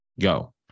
Go